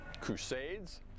crusades